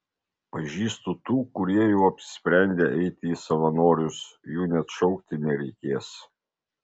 pažįstu tų kurie jau apsisprendę eiti į savanorius jų net šaukti nereikės